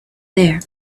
there